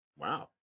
Wow